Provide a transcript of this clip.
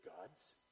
gods